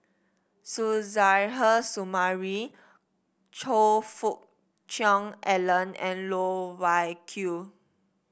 Suzairhe Sumari Choe Fook Cheong Alan and Loh Wai Kiew